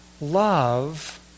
love